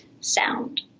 sound